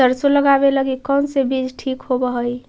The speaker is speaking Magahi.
सरसों लगावे लगी कौन से बीज ठीक होव हई?